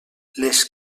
les